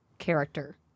character